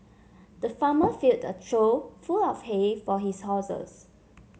the farmer filled a trough full of hay for his horses